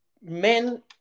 men